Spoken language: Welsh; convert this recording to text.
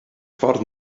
ffordd